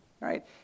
right